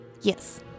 Yes